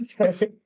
Okay